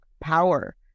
power